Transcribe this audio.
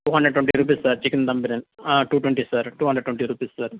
two hundred twenty rupees sir chicken dum biryani two twenty sir two hundred twenty rupees sir